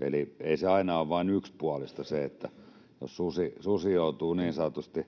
eli ei se aina ole vain yksipuolista — jos susi joutuu niin sanotusti